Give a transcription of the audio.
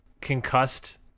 concussed